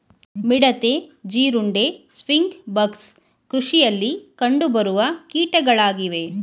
ಮಿಡತೆ, ಜೀರುಂಡೆ, sting bugs ಕೃಷಿಯಲ್ಲಿ ಕಂಡುಬರುವ ಕೀಟಗಳಾಗಿವೆ